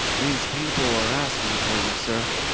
these people are asking for you, sir.